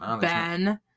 Ben